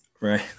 Right